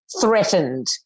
threatened